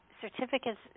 Certificates